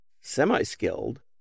semi-skilled